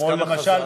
כמה חזר?